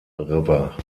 river